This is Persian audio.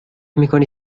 میکنی